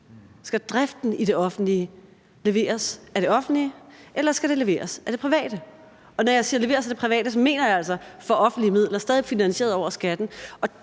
om driften i det offentlige skal leveres af det offentlige, eller om det skal leveres af det private. Og når jeg siger »leveres af det private«, så mener jeg altså, at det er for offentlige midler og stadig væk finansieret over skatten.